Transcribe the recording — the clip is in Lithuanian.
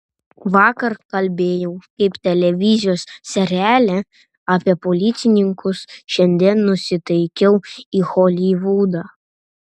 vakar kalbėjau kaip televizijos seriale apie policininkus šiandien nusitaikiau į holivudą